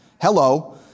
hello